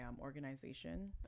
organization